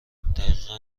دقیقا